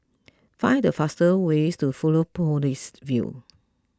find the fastest way to Fusionopolis View